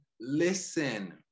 listen